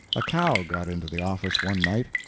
a cow got into the office one night,